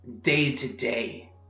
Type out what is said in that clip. day-to-day